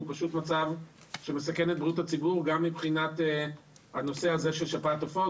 הוא פשוט מצב שמסכן את בריאות הציבור גם מבחינת נושא שפעת העופות,